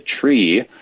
tree